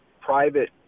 private